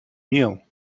meal